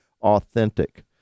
authentic